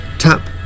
Tap